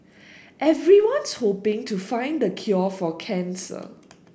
everyone's hoping to find the cure for cancer